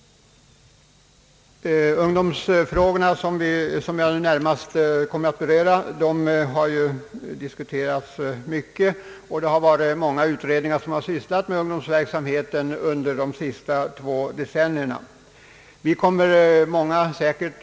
Ungdomsfrågorna, som jag närmast kommer att beröra, har diskuterats mycket, och många utredningar under de senaste två decennierna har sysslat med ungdomsverksamheten.